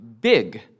big